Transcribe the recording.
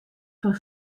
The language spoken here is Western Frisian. fan